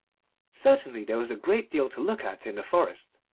certainly there was a great deal to look at in the forest,